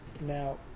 Now